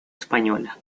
española